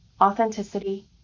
authenticity